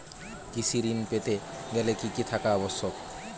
কৃষি ঋণ পেতে গেলে কি কি থাকা আবশ্যক?